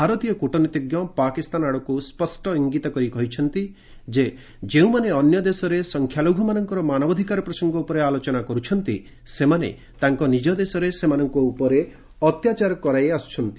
ଭାରତୀୟ କୁଟନୀତିଜ୍ଞ ପାକିସ୍ତାନ ଆଡ଼କୁ ସ୍ୱଷ୍ଟ ଇଙ୍ଗିତ କରି କହିଛନ୍ତି ଯେଉଁମାନେ ଅନ୍ୟ ଦେଶରେ ସଂଖ୍ୟାଲଘୁମାନଙ୍କର ମାନବାଧକାର ପ୍ରସଙ୍ଗ ଉପରେ ଆଲୋଚନା କରୁଛନ୍ତି ସେମାନେ ତାଙ୍କ ନିଜ ଦେଶରେ ସେମାନଙ୍କ ଉପରେ ଅତ୍ୟାଚାର ଚଳାଇ ଆସ୍କୁଛନ୍ତି